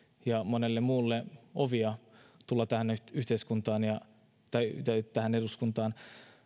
ja monelle muulle ovia tulla tähän yhteiskuntaan ja ja tähän eduskuntaan